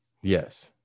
yes